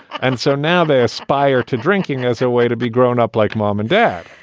and so now they aspire to drinking as a way to be grown up like mom and dad,